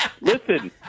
Listen